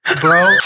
Bro